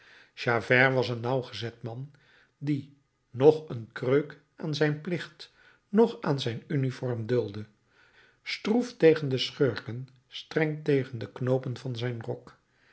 javert was een nauwgezet man die noch een kreuk aan zijn plicht noch aan zijn uniform duldde stroef tegen de schurken streng tegen de knoopen van zijn rok